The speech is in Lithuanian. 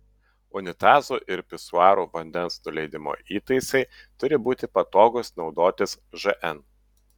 unitazų ir pisuarų vandens nuleidimo įtaisai turi būti patogūs naudotis žn